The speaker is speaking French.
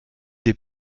des